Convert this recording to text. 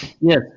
Yes